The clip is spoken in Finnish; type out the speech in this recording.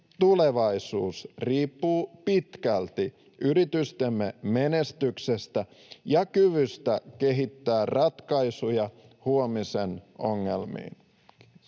tulevaisuus riippuu pitkälti yritystemme menestyksestä ja kyvystä kehittää ratkaisuja huomisen ongelmiin. — Kiitos.